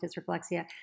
dysreflexia